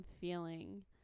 feeling